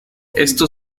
esto